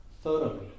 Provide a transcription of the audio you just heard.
thoroughly